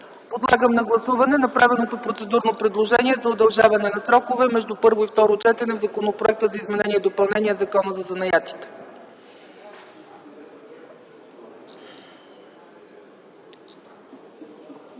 Подлагам на гласуване направеното процедурно предложение за удължаване на срокове между първо и второ четене по Законопроекта за изменение и допълнение на Закона за занаятите.